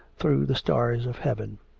through the stars of heaven.